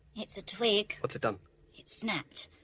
it's a twig. what's it done? it's snapped.